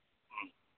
ꯎꯝ